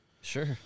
sure